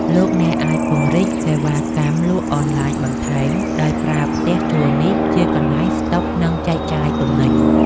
លោកអ្នកអាចពង្រីកសេវាកម្មលក់អនឡាញបន្ថែមដោយប្រើផ្ទះជួលនេះជាកន្លែងស្តុកនិងចែកចាយទំនិញ។